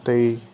त्यही